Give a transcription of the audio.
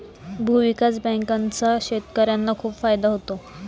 भूविकास बँकांचा शेतकर्यांना खूप फायदा होतो